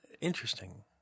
Interesting